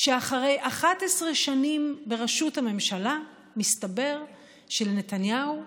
כשאחרי 11 שנים בראשות הממשלה מסתבר שלנתניהו ולשרים,